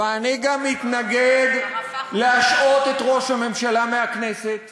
ואני גם מתנגד להשעות את ראש הממשלה מהכנסת